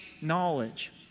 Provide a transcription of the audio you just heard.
knowledge